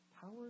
Power